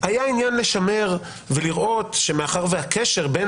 היה עניין לשמר ולראות שמאחר והקשר בין